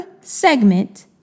segment